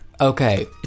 Okay